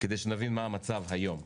כדי שנבין מה המצב היום,